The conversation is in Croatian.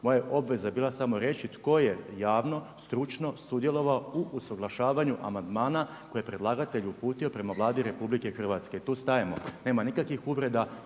Moja je obveza bila samo reći tko je javno, stručno sudjelovao u usuglašavanju amandmana koje je predlagatelj uputio prema Vladi RH. Tu stajemo, nema nikakvih uvreda